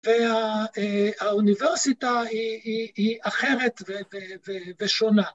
‫והאוניברסיטה היא אחרת ושונה.